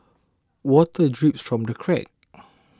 water drips from the cracks